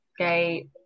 Okay